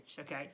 okay